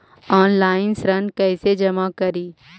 Online ऋण कैसे जमा करी?